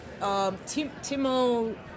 Timo